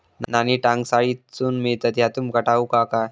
नाणी टांकसाळीतसून मिळतत ह्या तुमका ठाऊक हा काय